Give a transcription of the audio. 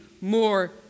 more